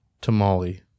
tamale